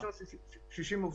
60 עובדים.